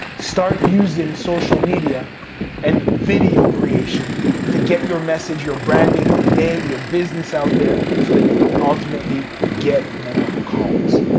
start using social media and video creation to get your message, your branding, your name, your business out there, so that you can ultimately get more calls.